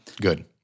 Good